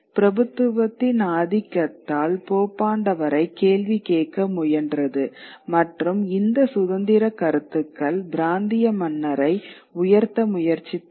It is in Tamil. பிரபுத்துவத்தின் ஆதிக்கத்தால் போப்பாளரைக் கேள்வி கேட்க முயன்றது மற்றும் இந்த சுதந்திரக் கருத்துக்கள் பிராந்திய மன்னரை உயர்த்த முயற்சித்தன